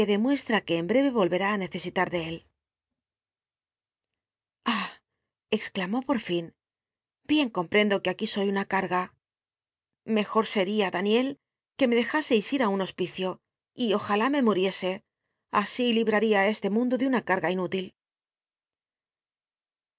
demueslm que en btcve rol rerá ú necesitar de él ah exclamó por fln bien comprendo que ac ui soy una eaqp mojo setia daniel que me dejaseis ir á un hospicio y ojahi me muriese así libraría á este mundo de una carga inú